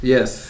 Yes